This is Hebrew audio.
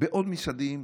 ובעוד משרדים,